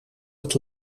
het